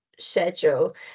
schedule